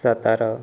Satara